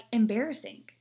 embarrassing